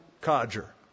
codger